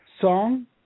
song